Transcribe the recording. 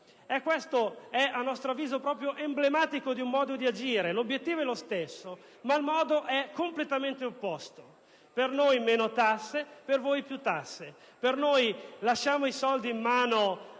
Questo, a nostro avviso, è emblematico di un modo di agire: l'obiettivo è lo stesso, ma il modo è completamente opposto; per noi meno tasse, per voi più tasse; noi lasciamo i soldi in mano